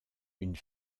une